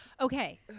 Okay